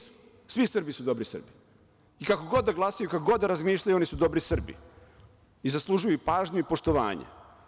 Svi Srbi su dobri Srbi i kako god da glasaju i kako god da razmišljaju oni su dobri Srbi i zaslužuju i pažnju i poštovanje.